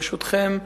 ברשותכם,